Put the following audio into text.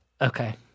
Okay